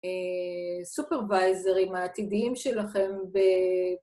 סופרוויזרים העתידיים שלכם